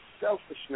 selfishness